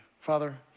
Father